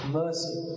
mercy